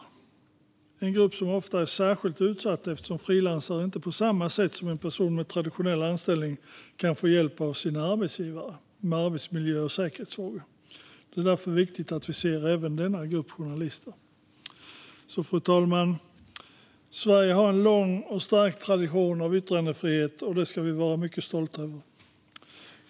Det är en grupp som ofta är särskilt utsatt eftersom frilansare inte på samma sätt som en person med en traditionell anställning kan få hjälp av sin arbetsgivare med arbetsmiljö och säkerhetsfrågor. Det är viktigt att vi ser även denna grupp journalister. Fru talman! Sverige har en lång och stark tradition av yttrandefrihet, och det ska vi vara mycket stolta över.